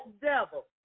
devil